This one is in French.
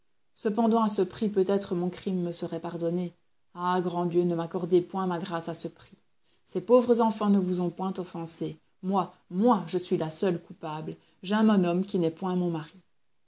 cependant à ce prix peut-être mon crime me serait pardonné ah grand dieu ne m'accordez point ma grâce à ce prix ces pauvres enfants ne vous ont point offensé moi moi je suis la seule coupable j'aime un homme qui n'est point mon mari